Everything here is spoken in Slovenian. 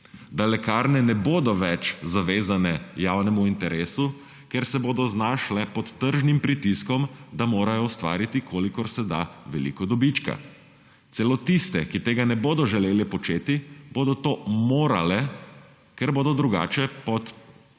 da lekarne bo bodo več zavezane javnemu interesu, ker se bodo znašle pod tržnim pritiskom, da morajo ustvariti, kolikor se da veliko dobička. Celo tiste, ki tega ne bodo želele početi, bodo to morale, ker bodo drugače pod pritiskom